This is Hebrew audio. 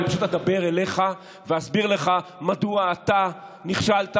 אני פשוט אדבר אליך ואסביר לך מדוע אתה נכשלת,